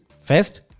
First